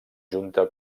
junta